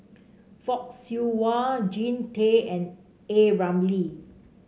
Fock Siew Wah Jean Tay and A Ramli